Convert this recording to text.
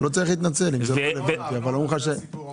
זה לא הסיפור המשמעותי.